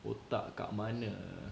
otak kat mana